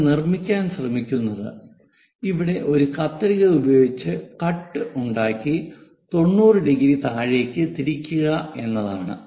നമ്മൾ നിർമ്മിക്കാൻ ശ്രമിക്കുന്നത് ഇവിടെ ഒരു കത്രിക ഉപയോഗിച്ച് കട്ട് ഉണ്ടാക്കി 90 ഡിഗ്രി താഴേക്ക് തിരിക്കുക എന്നതാണ്